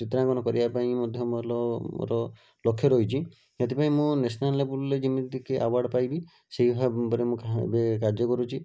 ଚିତ୍ରାଙ୍କନ କରିବାପାଇଁ ମଧ୍ୟ ମୋଲ ମୋର ଲକ୍ଷ୍ୟ ରହିଛି ସେଥିପାଇଁ ମୁଁ ନେସ୍ନାଲ୍ ଲେବୁଲ୍ରେ ଯେମିତିକି ଆୱାର୍ଡ଼ ପାଇବି ସେଇ ଭାବରେ ମୁଁ ଏବେ କାର୍ଯ୍ୟ କରୁଛି